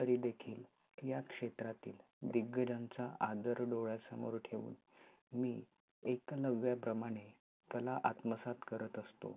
तरीदेखील या क्षेत्रातील दिग्गजांचा आदर डोळ्यासमोर ठेवून मी एकलव्याप्रमाणे कला आत्मसात करत असतो